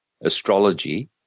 astrology